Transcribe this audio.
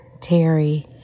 Terry